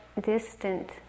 distant